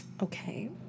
Okay